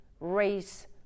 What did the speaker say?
race